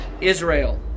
Israel